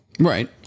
Right